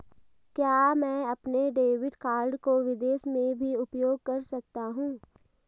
क्या मैं अपने डेबिट कार्ड को विदेश में भी उपयोग कर सकता हूं?